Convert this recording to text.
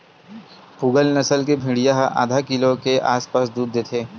पूगल नसल के भेड़िया ह आधा किलो के आसपास दूद देथे